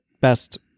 best